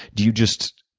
do you just